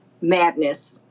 madness